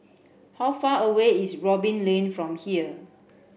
how far away is Robin Lane from here